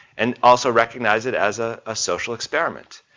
and also recognize it as a ah social experiment.